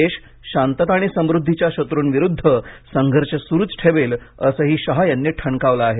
देश शांतता आणि समृध्दीच्या शत्रूंविरूद्ध संघर्ष सुरूच ठेवेल असंही शहा यांनी ठणकावलं आहे